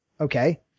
Okay